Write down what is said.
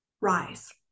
rise